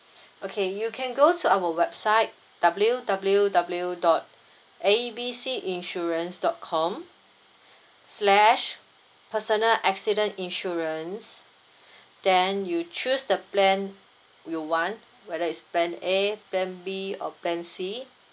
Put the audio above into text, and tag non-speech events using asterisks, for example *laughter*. okay you can go to our website W W W dot A B C insurance dot com slash personal accident insurance *breath* then you choose the plan you want whether is plan A plan B or plan C